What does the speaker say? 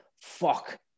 fuck